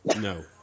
No